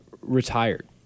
retired